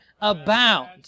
abound